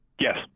Yes